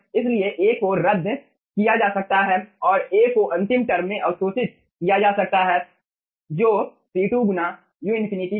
इसलिए A को रद्द किया जा सकता है और A को अंतिम टर्म में अवशोषित किया जा सकता है जो C2 गुना u∞ था